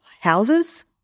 houses